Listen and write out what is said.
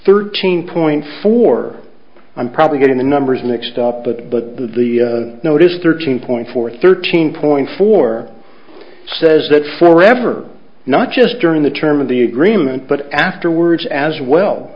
thirteen point four i'm probably getting the numbers mixed up but but the notice thirteen point four thirteen point four says that for ever not just during the term of the agreement but afterwards as well